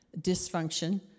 dysfunction